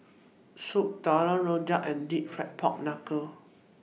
Soup Tulang Rojak and Deep Fried Pork Knuckle